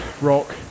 rock